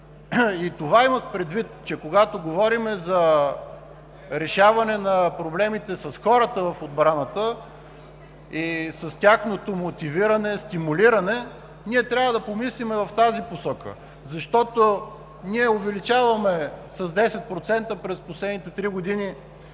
Това имах предвид, че когато говорим за решаване на проблемите с хората в отбраната и с тяхното мотивиране, стимулиране, ние трябва да помислим в тази посока, защото увеличаваме с 10% през последните три години